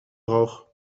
droog